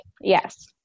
yes